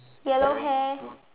yellow hair